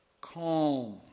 calm